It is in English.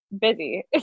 busy